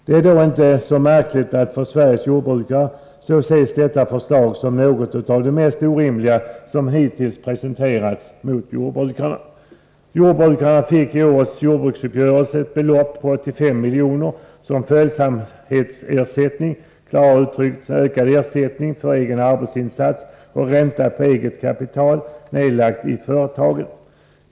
Då är det inte så märkligt att Sveriges jordbrukare anser detta förslag vara något av det mest orimliga som hittills presenterats. Jordbrukarna fick i årets jordbruksuppgörelse ett belopp på 85 milj.kr. som följsamhetsersättning, klarare uttryckt som ökad ersättning för egen arbetsinsats och ränta på eget kapital nedlagt i företagen.